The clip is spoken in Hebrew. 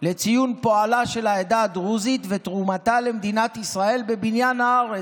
לציון פועלה של העדה הדרוזית ותרומתה למדינת ישראל בבניין הארץ,